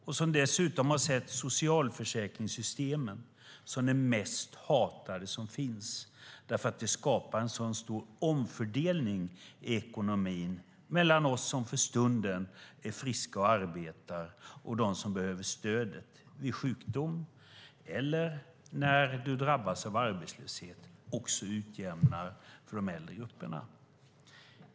De har dessutom sett socialförsäkringssystemen som det mest hatade. De skapar nämligen stor omfördelning i ekonomin mellan oss som för stunden är friska och arbetar och de som behöver stödet på grund av sjukdom eller arbetslöshet. Systemen utjämnar också för de äldre grupperna.